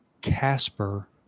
Casper